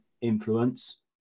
influence